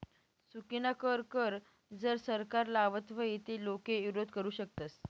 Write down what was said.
चुकीनाकर कर जर सरकार लावत व्हई ते लोके ईरोध करु शकतस